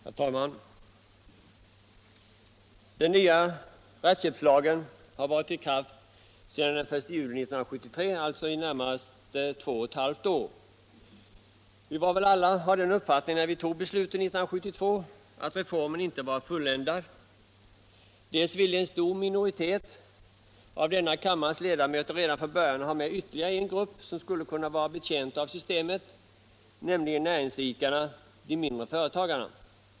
Herr talman! Den nya rättshjälpslagen har varit i kraft sedan den 1 juli 1973, alltså i det närmaste två och ett halvt år. Vi var väl alla av den uppfattningen när vi tog beslutet 1972 att reformen inte var fulländad. En stor minoritet av denna kammares ledamöter ville redan från början ha med ytterligare en grupp som skulle kunna vara betjänt av systemet, nämligen näringsidkarna — de mindre företagarna.